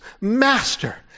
master